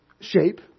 SHAPE